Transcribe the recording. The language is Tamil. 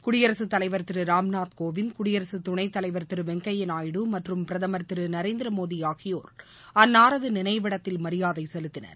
குடியரசுத்தலைவர் திரு ராம்நாத் கோவிந்த் குடியரசுத்துணைத்தலைவர் திரு வெங்கப்யா நாயுடு மற்றும் பிரதமர் திரு நரேந்திரமோடி ஆகியோர் அன்னாரது நினைவிடத்தில் மரியாதை செலுத்தினர்